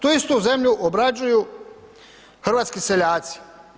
Tu istu zemlju obrađuju hrvatski seljaci.